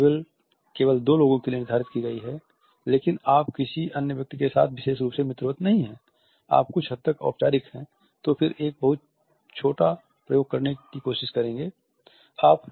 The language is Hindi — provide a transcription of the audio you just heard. जहां टेबल केवल दो लोगों के लिए निर्धारित की गई है लेकिन आप किसी अन्य व्यक्ति के साथ विशेष रूप से मित्रवत नहीं हैं आप कुछ हद तक औपचारिक हैं तो फिर एक बहुत छोटा प्रयोग करने की कोशिश करेंगे